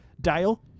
dale